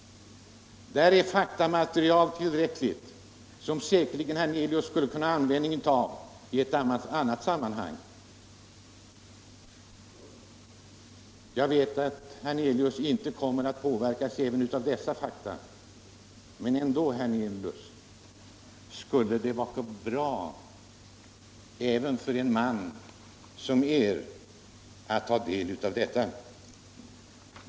Där finns faktamaterial tillräckligt som herr Hernelius säker ligen skulle kunna ha användning av i ett annat sammanhang. Jag vet att herr Hernelius inte kommer att påverkas ons av dessa fakta, men ändå skulle det vara bra även för en man som ni, herr Hernelius, att ta del av detta.